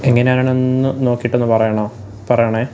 എങ്ങനെയാണെന്നു നോക്കിയിട്ടൊന്നു പറയണോ പറയണേ